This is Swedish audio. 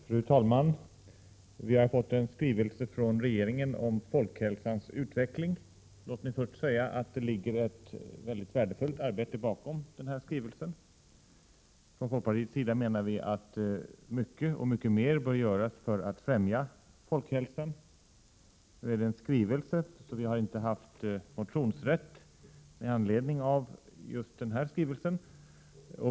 Fru talman! Vi har fått en skrivelse från regeringen om folkhälsans utveckling. Låt mig först säga att det ligger ett mycket värdefullt arbete bakom den skrivelsen. Från folkpartiets sida menar vi att mycket — och mycket mer — bör göras för att främja folkhälsan. Nu är det fråga om en skrivelse, och vi har inte haft motionsrätt i anledning av just denna skrivelse.